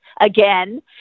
again